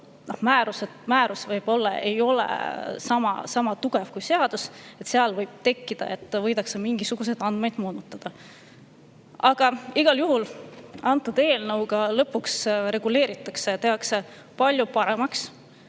määrus ei ole võib-olla sama tugev kui seadus, seal võib tekkida see, et võidakse mingisuguseid andmeid moonutada. Aga igal juhul antud eelnõuga lõpuks reguleeritakse, tehakse palju paremaks